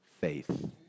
faith